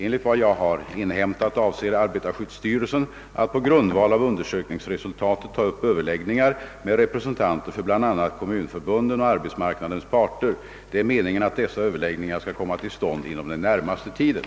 Enligt vad jag har inhämtat avser arbetarskyddsstyrelsen att på grundval av undersökningsresultatet ta upp överläggningar med representanter för bl.a. kommunförbunden och arbetsmarknadens parter. Det är meningen att dessa överläggningar skall komma till stånd inom den närmaste tiden.